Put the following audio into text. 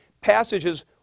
passages